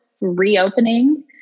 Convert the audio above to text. reopening